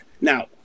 Now